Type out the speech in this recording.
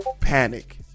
panic